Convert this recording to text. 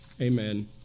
Amen